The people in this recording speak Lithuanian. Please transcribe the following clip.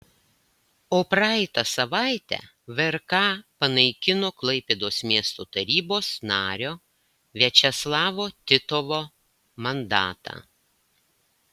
o praeitą savaitę vrk panaikino klaipėdos miesto tarybos nario viačeslavo titovo mandatą